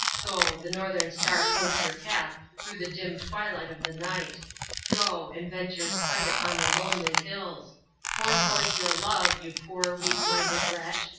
go, the northern star points your path through the dim twilight of the night go, and vent your spite upon the lonely hills pour forth your love, you poor, weak-minded wretch,